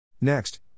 Next